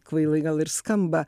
kvailai gal ir skamba